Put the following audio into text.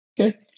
okay